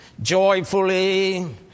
joyfully